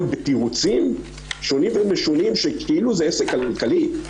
בתירוצים שונים ומשונים שכאילו זה עסק כלכלי.